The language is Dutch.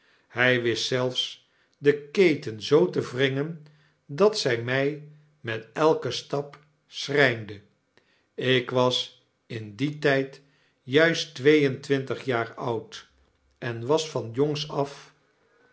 hij wist zelfs de keten zoo te wringen dat zij mij met elken stap schrijnde ik was in dien tijd juist twee en twintig jaren oud en was van jongs af